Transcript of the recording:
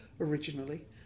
originally